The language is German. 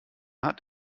hat